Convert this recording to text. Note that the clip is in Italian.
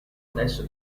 adesso